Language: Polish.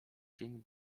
dzień